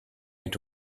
into